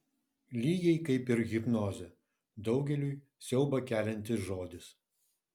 lygiai kaip ir hipnozė daugeliui siaubą keliantis žodis